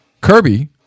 Kirby